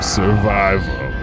survival